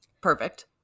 Perfect